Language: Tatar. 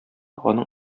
аның